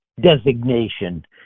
designation